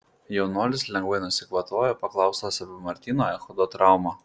jaunuolis lengvai nusikvatojo paklaustas apie martyno echodo traumą